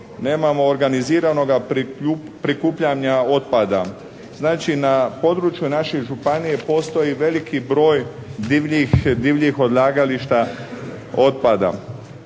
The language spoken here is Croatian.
nemamo organiziranoga prikupljanja otpada. Znači, na području naših županije postoji veliki broj divljih odlagališta otpada.